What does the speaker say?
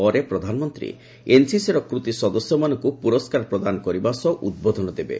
ପରେ ପ୍ରଧାନମନ୍ତ୍ରୀ ଏନ୍ସିସିର କୃତି ସଦସ୍ୟମାନଙ୍କୁ ପୁରସ୍କାର ପ୍ରଦାନ କରିବା ସହ ଉଦ୍ବୋଧନ ଦେବେ